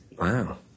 wow